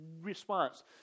response